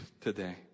today